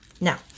Now